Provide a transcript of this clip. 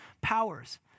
powers